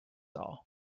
all